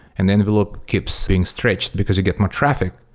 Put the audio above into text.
and the envelope keeps being stretched because you get more traffic.